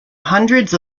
hundreds